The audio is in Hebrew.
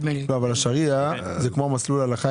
שריע זה כמו מסלול הלכה.